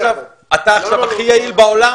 אתה הכי יעיל,